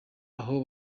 aho